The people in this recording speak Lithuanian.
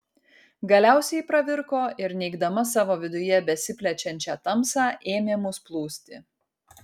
galiausiai pravirko ir neigdama savo viduje besiplečiančią tamsą ėmė mus plūsti